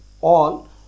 on